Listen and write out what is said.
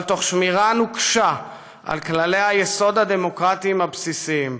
אבל תוך שמירה נוקשה על כללי היסוד הדמוקרטיים הבסיסיים,